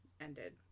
ended